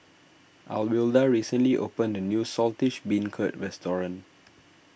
Alwilda recently opened a new Saltish Beancurd restaurant